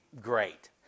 great